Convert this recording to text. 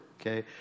Okay